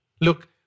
Look